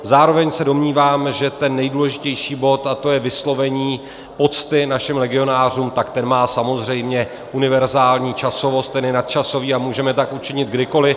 Zároveň se domnívám, že ten nejdůležitější bod, a to je vyslovení pocty našim legionářům, tak ten má samozřejmě univerzální časovost, ten je nadčasový a můžeme tak učinit kdykoli.